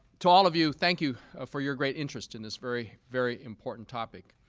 to all of you, thank you for your great interest in this very, very important topic.